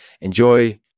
Enjoy